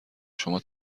شما